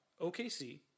OKC